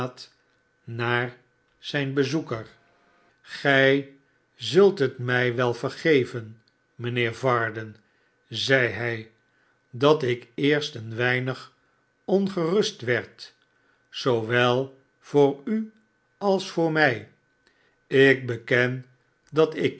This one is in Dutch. grj zult het mij wel vergeven mijnheer varden zeide hij dat ik eerst een weinig ongerust werd zoowel voor u als voor mij ik beken dat ik